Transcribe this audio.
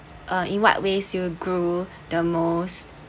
uh in what ways you grew the most